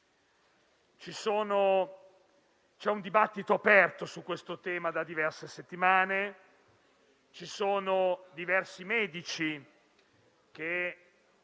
C'è un dibattito aperto sul tema da diverse settimane. Sono diversi i medici che